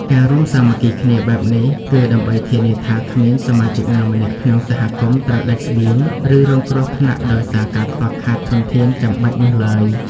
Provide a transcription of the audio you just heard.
ការរួមសាមគ្គីគ្នាបែបនេះ គឺដើម្បីធានាថាគ្មានសមាជិកណាម្នាក់ក្នុងសហគមន៍ត្រូវដាច់ស្បៀង ឬរងគ្រោះថ្នាក់ដោយសារការខ្វះខាតធនធានចាំបាច់នោះឡើយ។